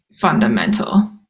fundamental